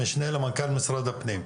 המשנה למנכ"ל משרד הפנים.